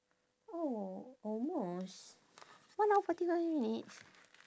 oh almost one hour forty five minutes